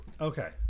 Okay